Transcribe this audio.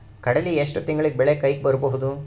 ಕಡಲಿ ಎಷ್ಟು ತಿಂಗಳಿಗೆ ಬೆಳೆ ಕೈಗೆ ಬರಬಹುದು?